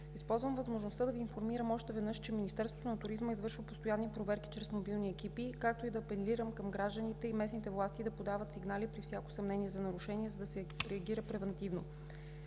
Използвам възможността да Ви информирам още веднъж, че Министерството на туризма извършва постоянни проверки чрез мобилни екипи, както и да апелирам към гражданите и местните власти да подават сигнали при всяко съмнение за нарушение, за да се реагира превантивно.